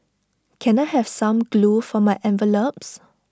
can I have some glue for my envelopes